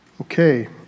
Okay